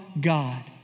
God